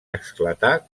esclatar